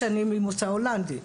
שאני ממוצא הולנדי,